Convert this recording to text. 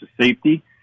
safety